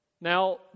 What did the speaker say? Now